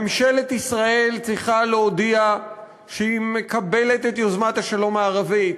ממשלת ישראל צריכה להודיע שהיא מקבלת את יוזמת השלום הערבית,